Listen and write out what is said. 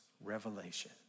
revelation